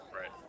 Right